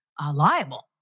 liable